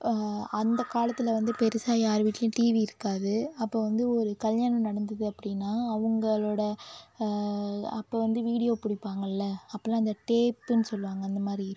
அந்த காலத்தில் வந்து பெருசாக யார் வீட்லேயும் டிவி இருக்காது அப்போ வந்து ஒரு கல்யாணம் நடந்தது அப்படின்னா அவங்களோட அப்போ வந்து வீடியோ பிடிப்பாங்கல்ல அப்பெல்லாம் அந்த டேப்புன்னு சொல்லுவாங்க அந்த மாதிரி இருக்கும்